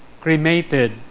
cremated